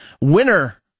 winner